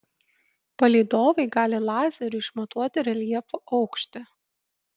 palydovai gali lazeriu išmatuoti reljefo aukštį